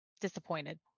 disappointed